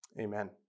Amen